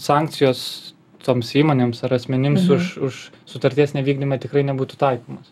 sankcijos toms įmonėms ar asmenims už už sutarties nevykdymą tikrai nebūtų taikomos